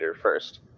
first